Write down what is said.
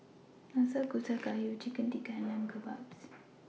Nanakusa Gayu Chicken Tikka and Lamb Kebabs